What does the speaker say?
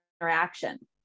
interaction